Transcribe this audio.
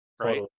Right